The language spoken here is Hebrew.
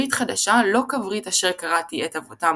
ברית חדשה לא כברית אשר כרתי את-אבותם